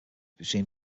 between